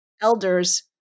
elders